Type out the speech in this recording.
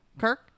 Kirk